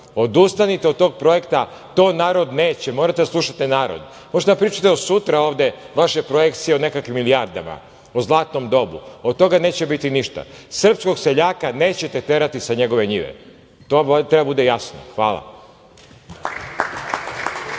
Odustanite od tog projekta, to narod neće. Morate da slušate narod. Možete da pričate do sutra ovde vaše projekcije o nekakvim milijardama, o zlatnom dobu. Od toga neće biti ništa. Srpskog seljaka nećete terati sa njegove njive. To mora da vam bude jasno. Hvala.